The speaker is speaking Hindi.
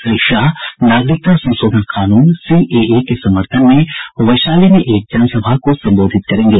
श्री शाह नागरिकता संशोधन कानून सीएए के समर्थन में वैशाली में एक जनसभा को संबोधित करेंगे